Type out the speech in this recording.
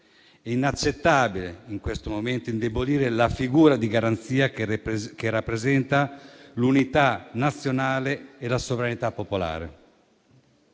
È inaccettabile, in questo momento, indebolire la figura di garanzia che rappresenta l'unità nazionale e la sovranità popolare.